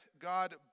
God